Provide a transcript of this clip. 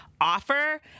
Offer